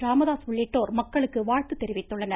ராமதாஸ் உள்ளிட்டோர் மக்களுக்கு வாழ்த்து தெரிவித்துள்ளனர்